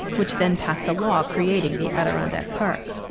which then passed a law creating the adirondack park.